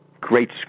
great